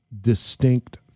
distinct